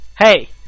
Hey